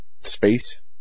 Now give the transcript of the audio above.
space